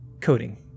coding